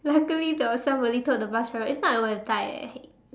luckily there was somebody told the bus driver if I would have died eh